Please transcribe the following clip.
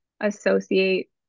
Associate